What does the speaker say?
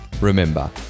remember